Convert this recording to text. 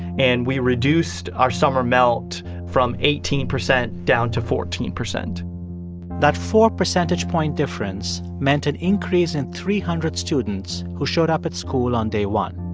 and we reduced our summer melt from eighteen percent down to fourteen percent that four percentage-point difference meant an increase in three hundred students who showed up at school on day one.